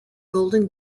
golden